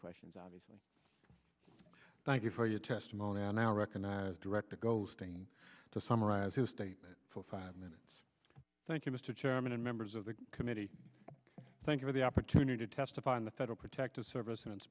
questions obviously thank you for your testimony and now recognize director ghosting to summarize his statement for five minutes thank you mr chairman and members of the committee thank you for the opportunity to testify in the federal protective service and it